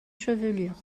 chevelure